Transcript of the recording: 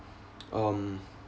um